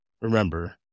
remember